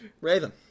Raven